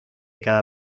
cada